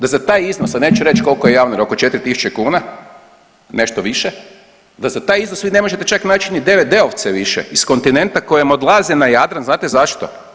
Da za taj iznos, a neću reći koliko je javno, oko 4 tisuće kuna, nešto više, da za taj iznos vi ne možete čak naći ni DVD-ovce više iz kontinenta koji odlaze na Jadran znate zašto?